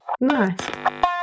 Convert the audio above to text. nice